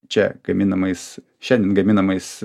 čia gaminamais šiandien gaminamais